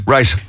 Right